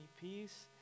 peace